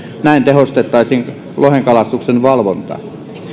näin tehostettaisiin lohenkalastuksen valvontaa